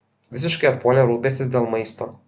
visiškai atpuolė rūpestis dėl maisto